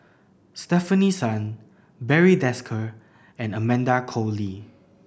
Stefanie Sun Barry Desker and Amanda Koe Lee